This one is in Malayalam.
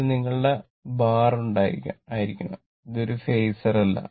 ഇത് നിങ്ങളുടെ ബാർ ആയിരിക്കണം ഇത് ഒരു ഫേസർ അല്ല